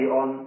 on